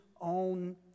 own